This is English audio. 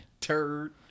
Turd